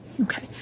Okay